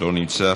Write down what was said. לא נמצא,